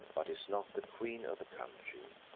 but is not the queen of the country,